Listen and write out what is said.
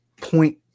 point